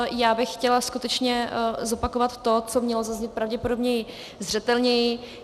Já bych chtěla skutečně zopakovat to, co mělo zaznít pravděpodobně zřetelněji.